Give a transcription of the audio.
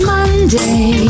Monday